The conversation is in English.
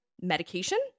medication